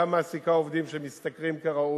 גם מעסיקה עובדים שמשתכרים כראוי,